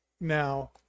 now